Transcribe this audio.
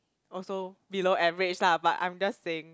also below average lah but I'm just saying